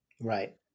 Right